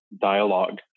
dialogue